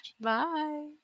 bye